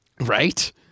Right